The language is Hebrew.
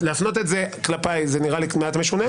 להפנות את זה כלפיי זה נראה לי מעט משונה.